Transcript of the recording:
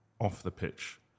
off-the-pitch